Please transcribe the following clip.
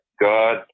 God